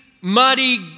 muddy